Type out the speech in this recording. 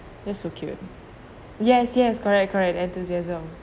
they're so cute yes yes correct correct enthusiasm